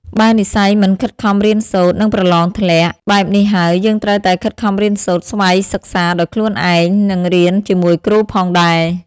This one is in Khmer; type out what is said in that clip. បើនិស្សិតមិនខិតខំរៀនសូត្រ នឹងប្រឡងធ្លាក់ បែបនេះហើយយើងត្រូវតែខិតខំរៀនសូត្រ ស្វ័យសិក្សាដោយខ្លួនឯង និងរៀនជាមួយគ្រូផងដែរ។